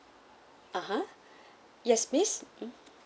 (uh huh) yes miss mm